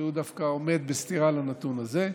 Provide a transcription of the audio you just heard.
שדווקא עומד בסתירה לנתון הזה,